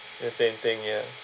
the same thing ya